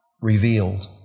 revealed